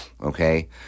Okay